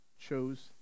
chose